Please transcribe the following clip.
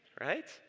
right